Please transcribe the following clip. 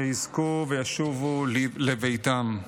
שיזכו וישובו לביתם.